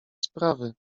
sprawy